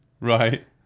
right